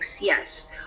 yes